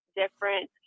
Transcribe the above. different